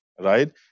right